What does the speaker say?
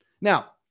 Now